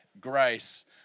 Grace